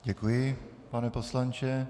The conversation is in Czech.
Děkuji, pane poslanče.